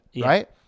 right